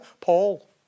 Paul